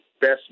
best